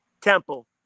Temple